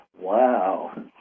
Wow